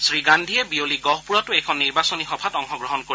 শ্ৰীগাল্পীয়ে বিয়লি গহপুৰতো এখন নিৰ্বাচনী সভাত অংশগ্ৰহণ কৰিব